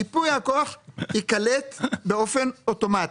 ייפוי הכוח ייקלט באופן אוטומטי,